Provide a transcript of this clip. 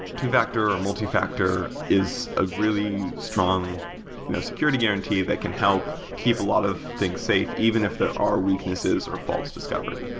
two-factor, or multi-factor is a really strong you know security guarantee that can help keep a lot of things safe even if there are weaknesses or faults discovery.